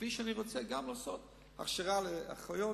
כפי שאני רוצה גם לעשות הכשרה לאחיות